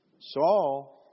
Saul